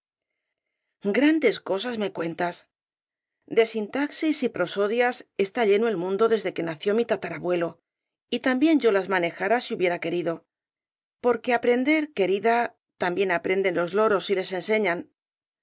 grandes cosas me cuentas de sintaxis y prosodias está lleno el mundo desde que nació mi tatarabuelo y también yo las manejara si hubiera querido porque aprender querida también aprenden los loros si les enseñan